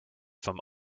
from